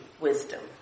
wisdom